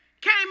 came